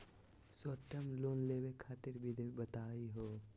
Short term loan लेवे खातीर विधि बताहु हो?